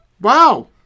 Wow